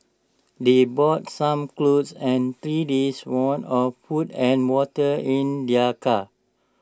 they brought some clothes and three days' worth of food and water in their car